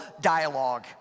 dialogue